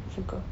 forgot